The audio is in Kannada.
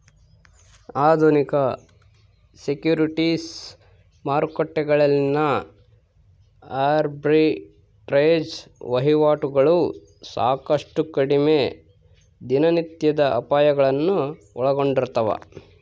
ಆಧುನಿಕ ಸೆಕ್ಯುರಿಟೀಸ್ ಮಾರುಕಟ್ಟೆಗಳಲ್ಲಿನ ಆರ್ಬಿಟ್ರೇಜ್ ವಹಿವಾಟುಗಳು ಸಾಕಷ್ಟು ಕಡಿಮೆ ದಿನನಿತ್ಯದ ಅಪಾಯಗಳನ್ನು ಒಳಗೊಂಡಿರ್ತವ